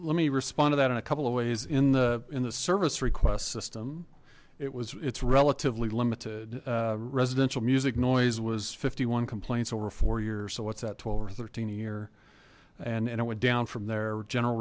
let me respond to that in a couple of ways in the in the service request system it was it's relatively limited residential music noise was fifty one complaints over four years so what's at twelve or thirteen a year and i went down from their general